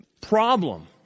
problem